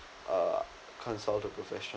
uh consult a professional